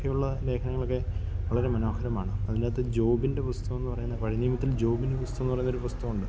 ഒക്കെയുള്ള ലേഖനങ്ങളൊക്കെ വളരെ മനോഹരമാണ് അതിൻ്റെ അകത്ത് ജോബിൻ്റെ പുസ്തകം എന്നു പറയുന്ന പഴയനിയമത്തിൽ ജോബിൻ്റെ പുസ്തകം എന്നു പറയുന്നൊരു പുസ്തകമുണ്ട്